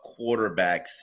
quarterbacks